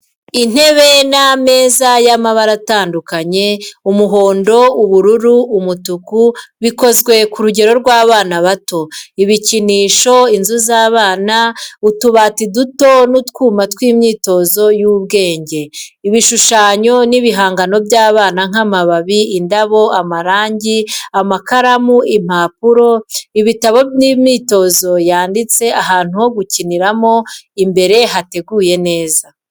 Intebe n'ameza y’amabara atandukanye: umuhondo, ubururu, umutuku bikozwe ku rugero rw’abana bato, ibikinisho, inzu z’abana, utubati duto n’utwuma tw’imyitozo y’ubwenge. Ibishushanyo n’ibihangano by’abana nk’amababi, indabo, amarangi, amakaramu, impapuro, ibitabo n’imyitozo yanditse, ahantu ho gukiniramo imbere hateguwe neza.